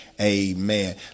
amen